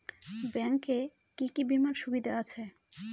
Bank এ কি কী বীমার সুবিধা আছে?